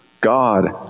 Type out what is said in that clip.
God